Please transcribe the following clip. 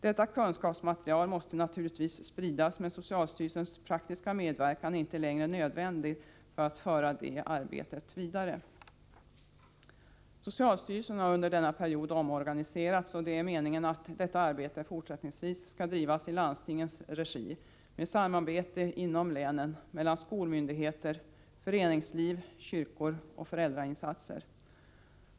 Detta kunskapsmaterial måste naturligtvis spridas, men socialstyrelsens praktiska medverkan är inte längre nödvändig för att föra det arbetet vidare. Socialstyrelsen har under denna period omorganiserats, och det är meningen att det abortförebyggande arbetet fortsättningsvis skall drivas i landstingens regi med samarbete inom länen mellan skolmyndigheter, föreningsliv och kyrkor samt genom föräldrainsatser.